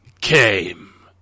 came